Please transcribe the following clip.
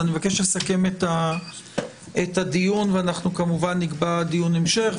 אני מבקש לסכם את הדיון ואנחנו כמובן נקבע דיון המשך.